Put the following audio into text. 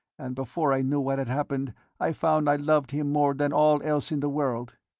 and before i knew what had happened i found i loved him more than all else in the world.